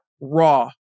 raw